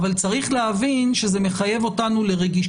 אבל צריך להבין שזה מחייב אותנו לרגישות.